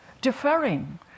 deferring